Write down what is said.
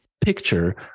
picture